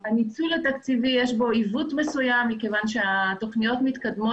יש בו עיוות מסוים מכיוון שהתוכניות מתקדמות